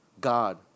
God